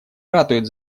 ратует